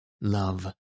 love